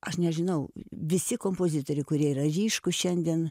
aš nežinau visi kompozitoriai kurie yra ryškūs šiandien